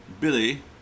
Billy